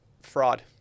fraud